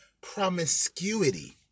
promiscuity